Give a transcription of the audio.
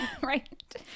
Right